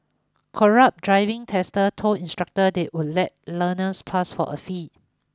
corrupt driving testers told instructors they would let learners pass for a fee